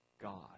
God